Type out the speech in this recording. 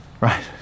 Right